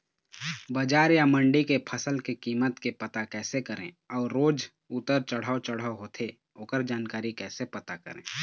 बजार या मंडी के फसल के कीमत के पता कैसे करें अऊ रोज उतर चढ़व चढ़व होथे ओकर जानकारी कैसे पता करें?